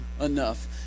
enough